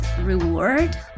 reward